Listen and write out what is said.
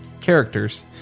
characters